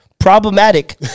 Problematic